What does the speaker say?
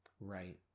Right